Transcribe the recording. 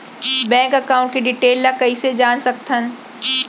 Bank account के detail ल कइसे जान सकथन?